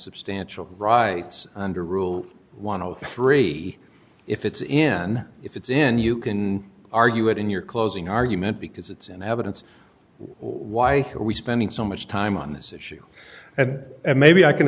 substantial rights under rule one hundred and three if it's in if it's in you can argue it in your closing argument because it's in evidence why are we spending so much time on this issue and maybe i can